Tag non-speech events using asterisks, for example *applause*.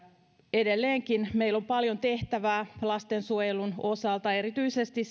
edelleenkin meillä on paljon tehtävää lastensuojelun osalta erityisesti *unintelligible*